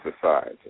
society